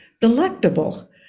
delectable